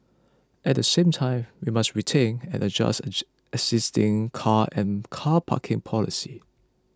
at the same time we must rethink and adjust age existing car and car parking policies